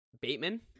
Bateman